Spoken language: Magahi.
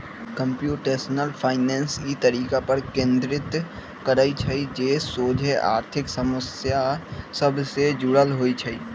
कंप्यूटेशनल फाइनेंस इ तरीका पर केन्द्रित करइ छइ जे सोझे आर्थिक समस्या सभ से जुड़ल होइ छइ